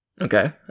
Okay